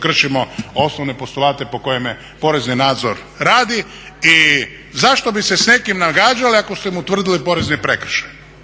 kršimo osnovne postulate po kojem porezni nadzor radi. I zašto bi se s nekim nagađali ako ste mu utvrdili porezni prekršaj,